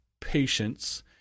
patience